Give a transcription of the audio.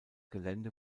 gelände